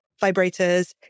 vibrators